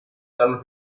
dalla